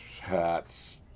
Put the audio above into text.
hats